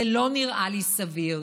זה לא נראה לי סביר.